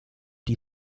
die